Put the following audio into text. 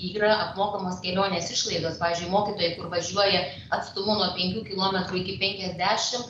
yra apmokamos kelionės išlaidos pavyzdžiui mokytojai važiuoja atstumą nuo penkių kilometrų iki penkiasdešim